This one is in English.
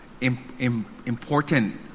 important